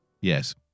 Yes